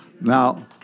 Now